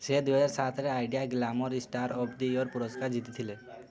ସେ ଦୁଇହଜାର ସାତରେ Idea glamour star of the year ପୁରସ୍କାର ଜିତିଥିଲେ